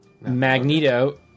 Magneto